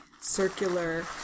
circular